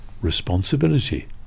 responsibility